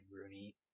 Rooney